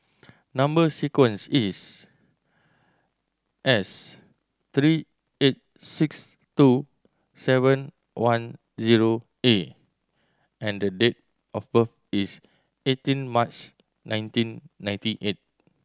number sequence is S three eight six two seven one zero A and the date of birth is eighteen March nineteen ninety eight